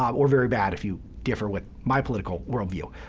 or very bad if you differ with my political worldview.